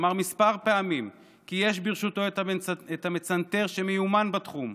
אמר כמה פעמים כי יש ברשותו את המצנתר שמיומן בתחום,